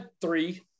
three